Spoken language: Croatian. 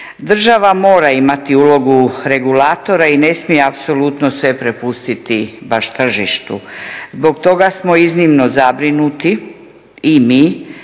Država mora imati ulogu regulatora i ne smije apsolutno sve prepustiti baš tržištu. Zbog toga smo iznimno zabrinuti i mi